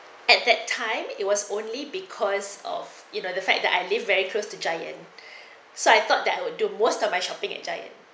at that time it was only because of you know the fact that I live very close to giant so I thought that I would do most of my shopping at giant